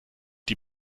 die